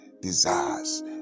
desires